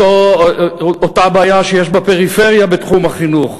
אותה בעיה שיש בפריפריה בתחום החינוך.